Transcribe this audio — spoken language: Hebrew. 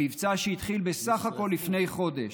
המבצע שהתחיל בסך הכול לפני חודש,